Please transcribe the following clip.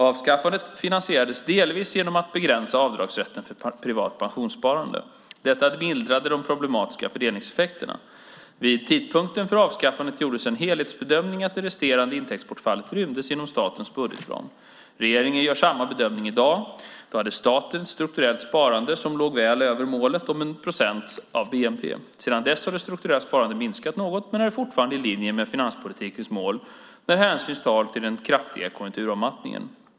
Avskaffandet finansierades delvis genom att begränsa avdragsrätten för privat pensionssparande. Detta mildrade de problematiska fördelningseffekterna. Vid tidpunkten för avskaffandet gjordes en helhetsbedömning att det resterande intäktsbortfallet rymdes inom statens budgetram. Regeringen gör samma bedömning i dag. Då hade staten ett strukturellt sparande som låg väl över målet om 1 procent av bnp. Sedan dess har det strukturella sparandet minskat något men det är fortfarande i linje med finanspolitikens mål när hänsyn tas till den kraftiga konjunkturavmattningen.